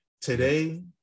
today